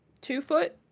two-foot